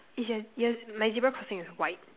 is your yeah my zebra crossing is white